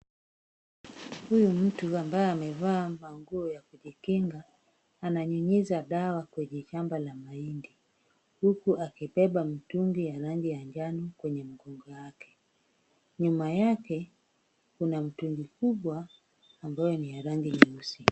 Huyu mtu ambaye amevaa manguo ya kujikinga, ananyunyiza dawa kwenye shamba la mahindi huku akibeba mtungi ya rangi ya njano kwenye mgongo wake. Nyuma yake kuna mtungi kubwa ambayo ni ya rangi nyeusi.